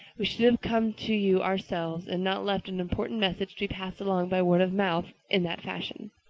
we should have come to you ourselves and not left an important message to be passed along by word of mouth in that fashion.